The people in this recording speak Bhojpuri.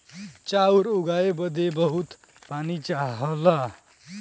चाउर उगाए बदे बहुत पानी चाहला